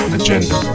agenda